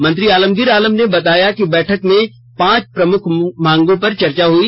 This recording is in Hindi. मंत्री आलमगीर आलम ने बताया कि बैठक में पांच प्रमुख मांगों पर चर्चा हुई